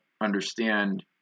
understand